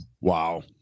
wow